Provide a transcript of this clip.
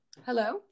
Hello